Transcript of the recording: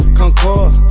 concord